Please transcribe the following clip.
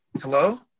Hello